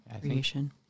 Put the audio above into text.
creation